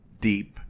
deep